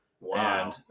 Wow